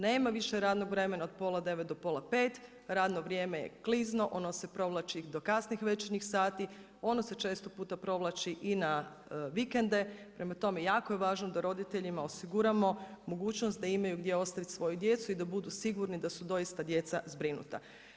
Nema više radnog vremena od pola 9 do pola 5, radno vrijeme je klizno, ono se provlači do kasnih večernjih sati, ono se često puta provlači i na vikende, prema tome jako je važno da roditeljima osiguramo mogućnost da imaju gdje ostaviti svoju djecu i da budu sigurni da su doista djeca zbrinuta.